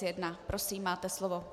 1. Prosím, máte slovo.